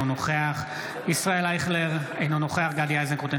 אינו נוכח גדי איזנקוט,